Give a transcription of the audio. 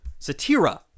Satira